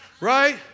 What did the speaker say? right